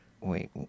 Wait